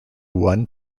one